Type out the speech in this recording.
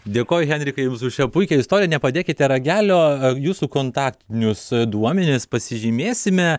dėkoju henrikai jums už šią puikią istoriją nepadėkite ragelio jūsų kontaktinius duomenis pasižymėsime